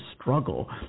struggle